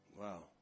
Wow